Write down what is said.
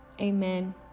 Amen